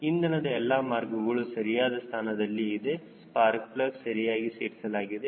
ಇಂಧನದ ಎಲ್ಲಾ ಮಾರ್ಗಗಳು ಸರಿಯಾದ ಸ್ಥಾನದಲ್ಲಿ ಇದೆ ಸ್ಪಾರ್ಕ್ ಪ್ಲಗ್ ಸರಿಯಾಗಿ ಸೇರಿಸಲಾಗಿದೆ